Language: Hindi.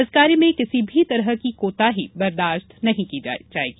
इस कार्य में किसी भी प्रकार की कोताही बर्दाश्त नहीं की जायेगी